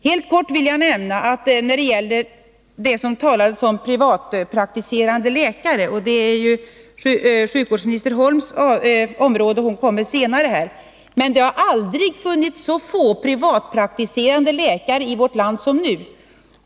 Helt kort vill jag nämna något om privatpraktiserande läkare, som berörts här. Det är sjukvårdsminister Holms område, och hon kommer upp senare i debatten. Jag vill framhålla att det aldrig har varit så få privatpraktiserande läkare i vårt land som nu.